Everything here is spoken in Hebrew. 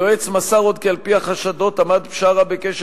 היועץ מסר עוד כי על-פי החשדות עמד בשארה בקשר